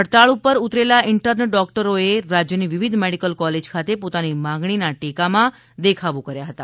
હડતાળ ઉપર ઉતરેલા ઇન્ટર્ન ડોકટરો એ રાજ્યની વિવિધ મેડિકલ કોલેજ ખાતે પોતાની માગણીના ટેકમાં દેખાવો કર્યા હતા